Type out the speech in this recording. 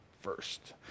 first